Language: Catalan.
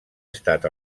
estat